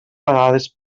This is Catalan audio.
vegades